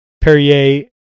Perrier